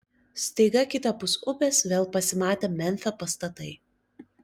staiga kitapus upės vėl pasimatė memfio pastatai